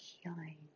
healing